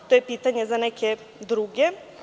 To je pitanje za neke druge.